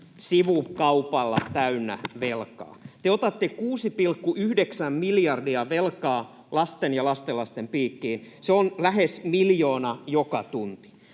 sivukaupalla täynnä velkaa. Te otatte 6,9 miljardia velkaa lasten ja lastenlasten piikkiin. Se on lähes miljoona joka tunti.